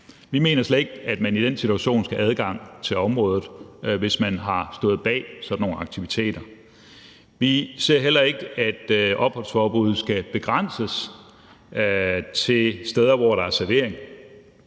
Vi mener slet ikke, at man i den situation skal have adgang til området, hvis man har stået bag sådan nogle aktiviteter. Vi ser helst heller ikke, at opholdsforbuddet skal begrænses til steder, hvor der er servering.